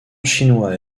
chinois